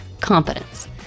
competence